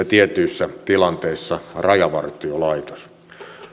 tietyissä tilanteissa rajavartiolaitos